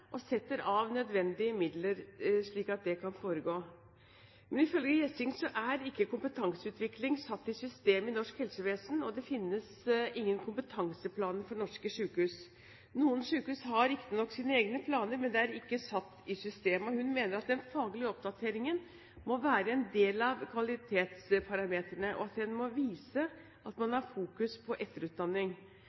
kan foregå. Ifølge Gjessing er ikke kompetanseutvikling satt i system i norsk helsevesen, og det finnes ingen kompetanseplaner for norske sykehus. Noen sykehus har riktignok sine egne planer, men det er ikke satt i system. Hun mener at den faglige oppdateringen må være en del av kvalitetsparametrene, og at en må vise at man har fokus på etterutdanning.